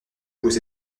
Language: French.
aux